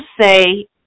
say